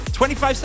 25